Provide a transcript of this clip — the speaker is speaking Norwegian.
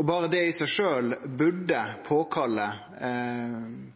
og berre det i seg sjølv burde